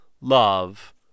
Love